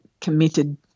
committed